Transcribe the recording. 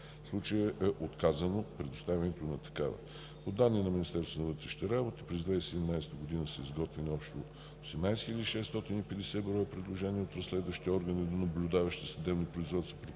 случая е отказано предоставянето на такава. По данни на Министерството на вътрешните работи през 2017 г. са изготвени общо 18 650 броя предложения от разследващите органи до наблюдаващи досъдебните производства